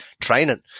training